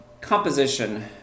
Composition